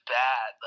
bad